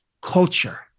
culture